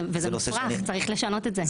זה מופרך, צריך לשנות את זה.